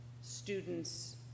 students